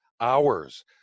hours